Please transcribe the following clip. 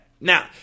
Now